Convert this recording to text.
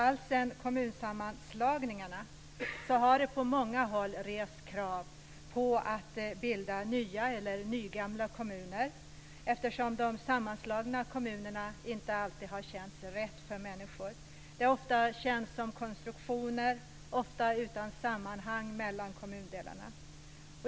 Alltsedan kommunsammanslagningarna har det på många håll rests krav på att bilda nya, eller nygamla, kommuner eftersom de sammanslagna kommunerna inte alltid känts rätt för människor. Ofta har de känts som konstruktioner - ofta utan sammanhang mellan kommundelarna.